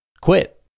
quit